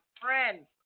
friends